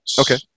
Okay